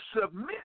submit